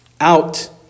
out